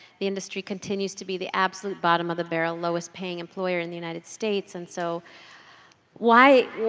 the industry continues to be the absolute bottom of the barrel, lowest paying employer in the united states. and so why,